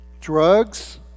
Drugs